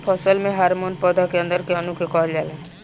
फसल में हॉर्मोन पौधा के अंदर के अणु के कहल जाला